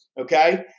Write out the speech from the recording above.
Okay